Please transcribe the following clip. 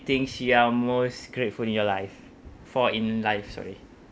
things you are most grateful in your life for in life sorry